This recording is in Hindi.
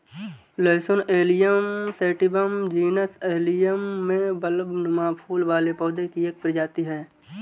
लहसुन एलियम सैटिवम जीनस एलियम में बल्बनुमा फूल वाले पौधे की एक प्रजाति है